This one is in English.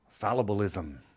fallibilism